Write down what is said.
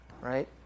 right